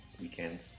weekend